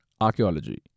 Archaeology